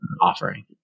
offering